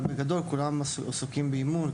אבל בגדול כולם עוסקים באימון.